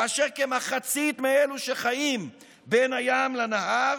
כאשר כמחצית מאלו שחיים בין הים לנהר